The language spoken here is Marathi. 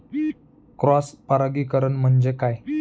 क्रॉस परागीकरण म्हणजे काय?